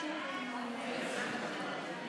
חוק איסור התערבות גנטית (שיבוט אדם